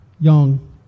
young